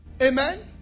Amen